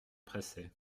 pressait